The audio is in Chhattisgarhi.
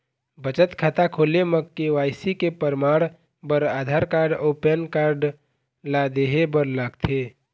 बचत खाता खोले म के.वाइ.सी के परमाण बर आधार कार्ड अउ पैन कार्ड ला देहे बर लागथे